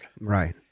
Right